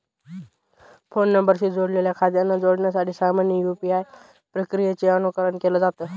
phone नंबरशी जोडलेल्या खात्यांना जोडण्यासाठी सामान्य यू.पी.आय प्रक्रियेचे अनुकरण केलं जात